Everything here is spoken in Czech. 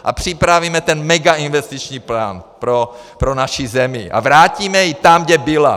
A připravíme ten megainvestiční plán pro naši zemi a vrátíme ji tam, kde byla!